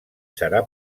serà